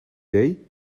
day